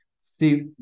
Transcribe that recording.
see